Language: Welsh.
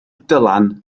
dylan